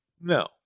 No